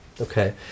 okay